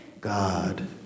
God